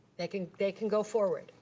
they can they can go forward.